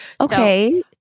Okay